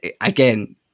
Again